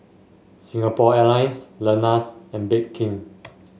Singapore Airlines Lenas and Bake King